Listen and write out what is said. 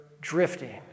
drifting